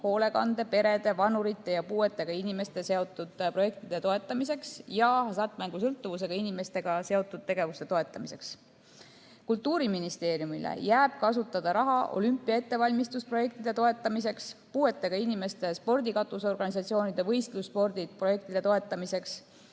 hoolekande, perede, vanurite ja puuetega inimestega seotud projektide toetamiseks ja hasartmängusõltuvusega inimestega seotud tegevuste toetamiseks, Kultuuriministeeriumile jääb kasutada raha olümpiaettevalmistusprojektide toetamiseks, puuetega inimeste spordikatusorganisatsioonide võistlusspordiprojektide toetamiseks